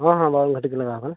ᱦᱮᱸ ᱦᱮᱸ ᱵᱟᱢᱚᱱᱜᱷᱟᱹᱴᱤ ᱜᱮ ᱞᱟᱜᱟᱣ ᱠᱟᱱᱟ